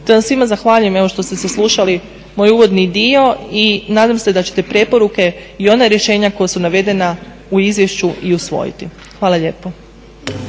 te vam svima zahvaljujem, evo što ste saslušali moj uvodni dio i nadam se da ćete preporuke i ona rješenja koja su navedena u izvješću i usvojiti. Hvala lijepo.